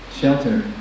shelter